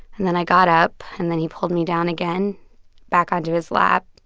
and then i got up, and then he pulled me down again back onto his lap.